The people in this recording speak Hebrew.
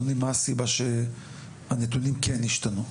מה הסיבה שהנתונים כן השתנו?